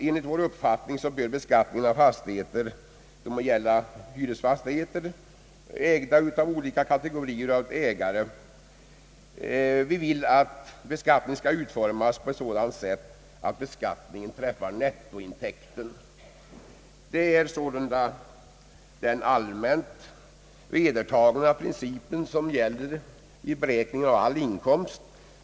Enligt vår mening bör beskattning av fastigheter — det må gälla hyresfastigheter tillhörande olika kategorier av ägare — utformas på sådant sätt att beskattningen träffar nettointäkten. Det är sålunda den allmänt vedertagna principen som gäller vid beräkning av all inkomst.